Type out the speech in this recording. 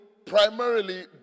Primarily